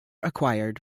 acquired